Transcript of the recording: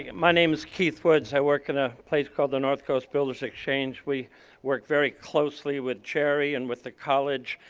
yeah my name is keith woods, i work in a place called the north coast builders exchange. we work very closely with jerry and with the college,